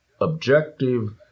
objective